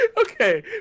okay